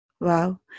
Wow